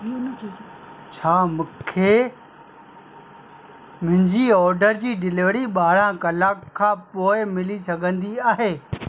हिन में चइजो छा मूंखे मुंहिंजी ऑडर जी डिलीवरी ॿारहं कलाक खां पोएं मिली सघंदी आहे